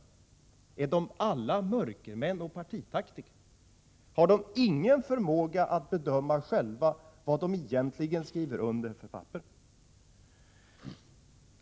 Är de alla mörkermän och partitaktiker? Har de ingen förmåga att själva bedöma vad de egentligen skriver under för papper?